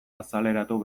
azaleratu